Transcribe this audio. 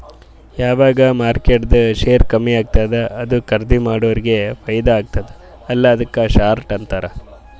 ಯಾವಗ್ ಮಾರ್ಕೆಟ್ದು ಶೇರ್ ಕಮ್ಮಿ ಆತ್ತುದ ಅದು ಖರ್ದೀ ಮಾಡೋರಿಗೆ ಫೈದಾ ಆತ್ತುದ ಅಲ್ಲಾ ಅದುಕ್ಕ ಶಾರ್ಟ್ ಅಂತಾರ್